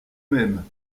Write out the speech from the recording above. même